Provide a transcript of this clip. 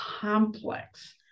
complex